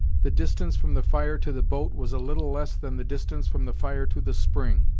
the distance from the fire to the boat was a little less than the distance from the fire to the spring,